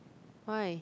why